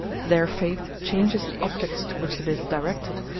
their faith changes the objects to which it is directed,